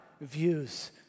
views